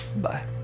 bye